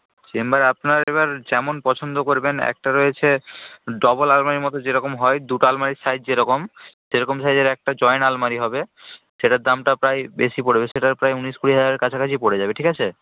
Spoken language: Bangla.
চেম্বার আপনার এবার যেমন পছন্দ করবেন একটা রয়েছে ডবল আলমারির মতো যেরকম হয় দুটো আলমারির সাইজ যেরকম সেরকম সাইজের একটা জয়েন্ট আলমারি হবে সেটার দামটা প্রায় বেশি পড়বে সেটা প্রায় উনিশ কুড়ি হাজারের কাছাকাছি পড়ে যাবে ঠিক আছে